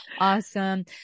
Awesome